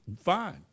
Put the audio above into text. fine